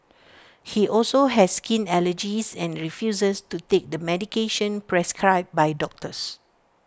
he also has skin allergies and refuses to take the medication prescribed by doctors